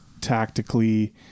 tactically